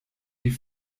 die